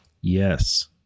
yes